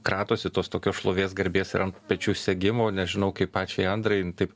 kratosi tos tokios šlovės garbės ir antpečių segimo nežinau kaip pačiai andrai jin taip